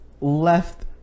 Left